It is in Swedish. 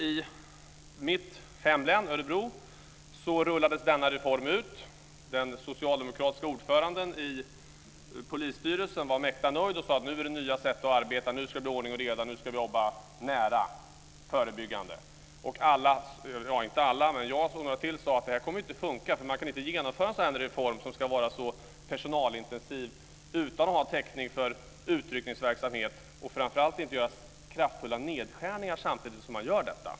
I mitt hemlän, Örebro län, rullade man ut denna reform, och den socialdemokratiske ordföranden i polisstyrelsen var mäkta nöjd och sade: Nu får vi nya sätt att arbeta. Ni ska det bli ordning och reda, och nu ska vi jobba nära och förebyggande. Jag och några till sade: Det här kommer inte att fungera. Man kommer inte att kunna genomföra en så personalintensiv reform utan att ha täckning för utryckningsverksamhet. Framför allt ska man inte göra kraftiga nedskärningar samtidigt som reformen genomförs.